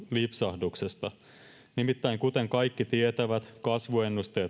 lipsahduksesta nimittäin kuten kaikki tietävät kasvuennusteet